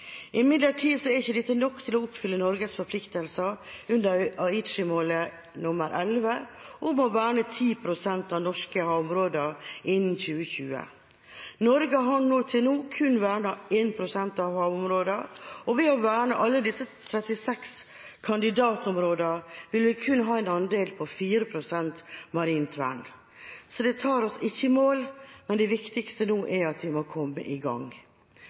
Imidlertid er ikke dette nok til å oppfylle Norges forpliktelser under Aichi-mål 11 – om å verne 10 pst. av norske havområder innen 2020. Norge har til nå kun vernet 1 pst. av havområdene, og ved å verne alle de 36 kandidatområdene vil vi kun ha en andel på 4 pst. marint vern. Det tar oss ikke i mål, men det viktigste nå er at vi må komme i gang.